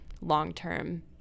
long-term